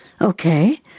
Okay